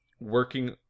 working